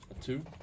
two